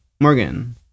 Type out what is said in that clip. Morgan